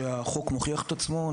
שהחוק מוכיח את עצמו,